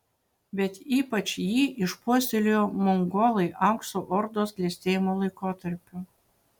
bet ypač jį išpuoselėjo mongolai aukso ordos klestėjimo laikotarpiu